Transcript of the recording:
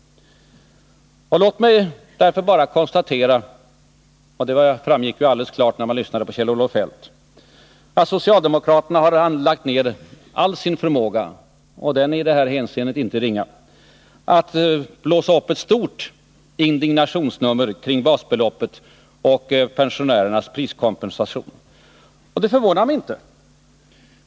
Låt mig därför bara konstatera att — det framgick ju alldeles klart när man lyssnade på Kjell-Olof Feldt — socialdemokraterna har lagt ner all sin förmåga, och den är i det här hänseendet inte ringa, på att blåsa upp ett stort indignationsnummer kring basbeloppet och pensionärernas priskompensation. Det förvånar mig inte.